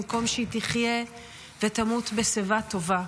במקום שהיא תחיה ותמות בשיבה טובה,